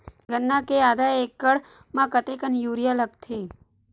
गन्ना के आधा एकड़ म कतेकन यूरिया लगथे?